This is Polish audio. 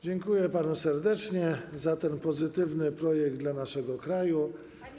Dziękuję panu serdecznie za ten pozytywny projekt dla naszego kraju.